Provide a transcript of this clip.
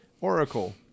Oracle